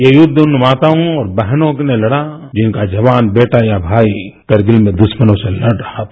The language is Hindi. ये युद्ध उन माताओं और बहनों ने लड़ा जिनका जवान बेटा या भाई करगिल में दुस्मनों से लड़ रहा था